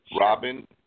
Robin